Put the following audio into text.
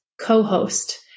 co-host